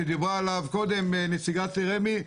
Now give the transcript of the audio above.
שדיברה עליו קודם נציגת רמ"י,